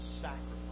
sacrifice